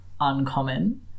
uncommon